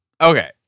Okay